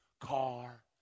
car